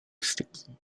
sticky